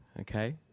okay